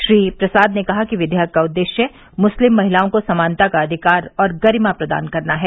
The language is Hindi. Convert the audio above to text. श्री प्रसाद ने कहा कि विधेयक का उद्देश्य मुस्लिम महिलाओं को समानता का अधिकार और गरिमा प्रदान करना है